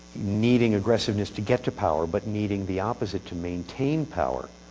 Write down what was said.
needing aggressiveness to get to power, but needing the opposite to maintain power,